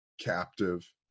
captive